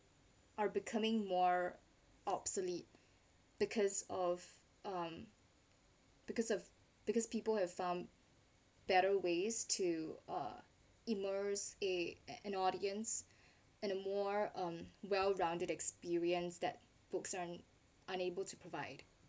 are becoming more obsolete because of um because of because people have found better ways to uh immerse a an audience and a more well rounded experience that books are unable to provide